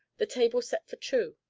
the table set for two,